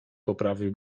poprawił